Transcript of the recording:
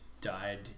died